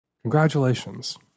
congratulations